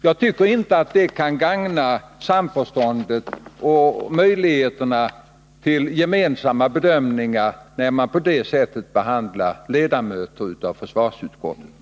Jag tycker inte att en sådan behandling av ledamöter av försvarsutskottet kan gagna samförståndet och möjligheterna till gemensamma bedömningar.